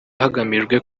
hagamijwe